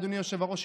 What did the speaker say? אדוני היושב-ראש,